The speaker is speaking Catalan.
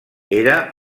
era